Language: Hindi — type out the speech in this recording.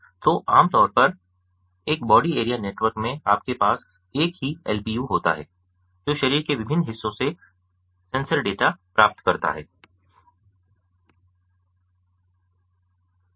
तो आमतौर पर एक बॉडी एरिया नेटवर्क में आपके पास एक ही एलपीयू होता है जो शरीर के विभिन्न हिस्सों से सेंसर डेटा प्राप्त करता है